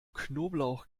knoblauch